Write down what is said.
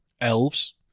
Elves